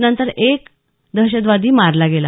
नंतर आणखी एक दहशतवादी मारला गेला